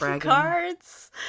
cards